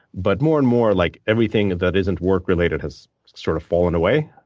but more and more, like everything that isn't work related has sort of fallen away.